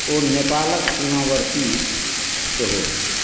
ओ नेपालक सीमावर्ती सेहो अछि